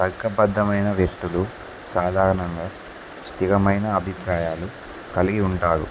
తర్కబద్దమైన వ్యక్తులు సాధారణంగా స్థిరమైన అభిప్రాయాలు కలిగి ఉంటారు